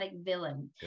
villain